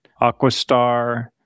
AquaStar